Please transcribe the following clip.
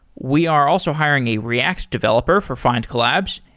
we are also hiring a react developer for findcollabs,